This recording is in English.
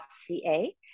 ca